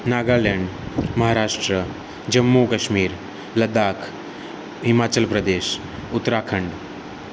Nagaland Maharashtra Jammu Kashmir Ladakh Himachal Pradesh Uttarakhand